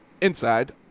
Inside